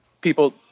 people